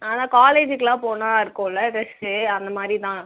அதான் காலேஜுக்குலாம் போனால் இருக்குதுல டிரெஸு அந்தமாதிரிதா